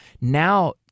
Now